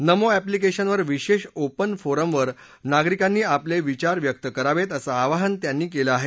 नमो अँप्लिकेशनवर विशेष ओपन फोरमवर नागरिकांनी आपले विचार व्यक्त करावेत असं आवाहन त्यांनी केलं आहे